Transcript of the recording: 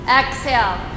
exhale